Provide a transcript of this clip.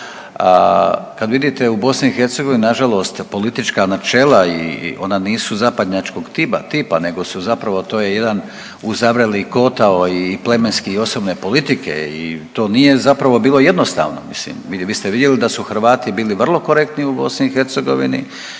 Kad vidite u BiH nažalost politička načela i ona nisu zapadnjačkog tipa nego su zapravo to je jedan uzavreli kotao i plemenski osobne politike i to nije zapravo bilo jednostavno mislim. Vi ste vidjeli da su Hrvati bili vrlo korektni u BiH